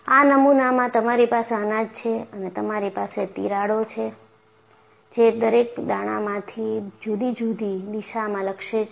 આ નમુનામાં તમારી પાસે અનાજ છે અને તમારી પાસે તિરાડો છે જે દરેક દાણામાં જુદી જુદી દિશામાં લક્ષે છે